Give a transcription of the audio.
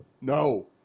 No